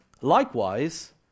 Likewise